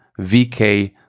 VK